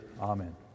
Amen